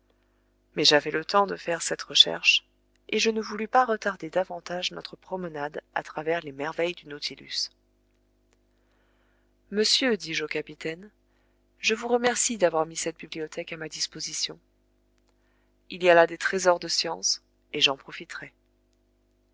mais j'avais le temps de faire cette recherche et je ne voulus pas retarder davantage notre promenade à travers les merveilles du nautilus monsieur dis-je au capitaine je vous remercie d'avoir mis cette bibliothèque à ma disposition il y a là des trésors de science et j'en profiterai